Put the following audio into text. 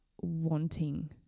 wanting